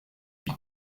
huit